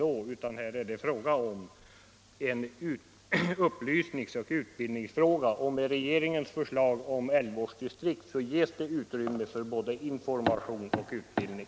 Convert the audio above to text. Detta är i stället en upplysningsoch utbildningsfråga. Med regeringens förslag om älgvårdsdistrikt så ges det utrymme för både information och utbildning.